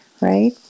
right